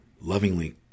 lovingly